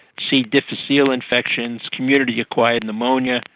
c difficile infections, community-acquired pneumonia,